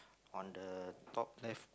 on the top left